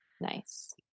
Nice